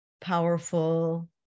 powerful